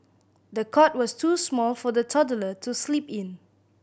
the cot was too small for the toddler to sleep in